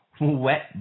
wet